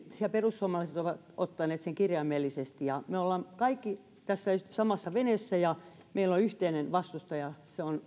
ja perussuomalaiset ovat ottaneet sen kirjaimellisesti me olemme kaikki tässä samassa veneessä ja meillä on yhteinen vastustaja se on